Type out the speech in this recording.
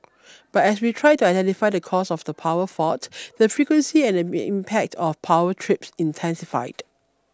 but as we tried to identify the cause of the power fault the frequency and impact of power trips intensified